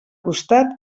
costat